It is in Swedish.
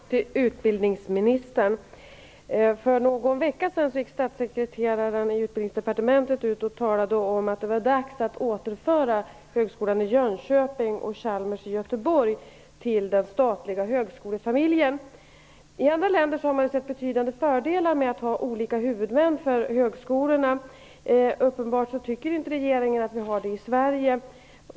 Herr talman! Jag har en fråga till utbildningsministern. För någon vecka sedan gick statssekreteraren i Utbildningsdepartementet ut och talade om att det var dags att återföra högskolan i Jönköping och Chalmers i Göteborg till den statliga högskolefamiljen. I andra länder har man sett betydande fördelar med att ha olika huvudmän för högskolorna. Regeringen tycker uppenbarligen inte att så är fallet i Sverige.